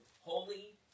holy